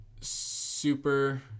super